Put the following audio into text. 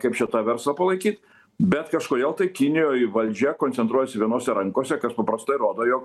kaip čia tą verslą palaikyt bet kažkodėl tai kinijoj valdžia koncentruojasi vienose rankose kas paprastai rodo jog